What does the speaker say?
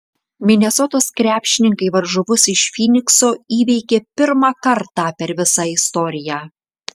minesotos krepšininkai varžovus iš fynikso įveikė pirmą kartą per visą istoriją